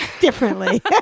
differently